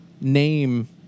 name